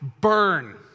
Burn